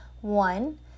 One